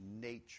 nature